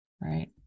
right